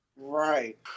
Right